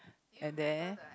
and there